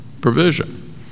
provision